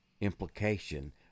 implication